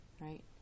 right